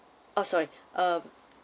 oh sorry uh